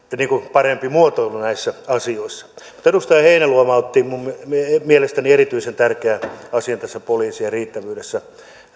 parempi muotoilu näissä asioissa edustaja heinäluoma otti mielestäni erityisen tärkeän asian poliisien riittävyydestä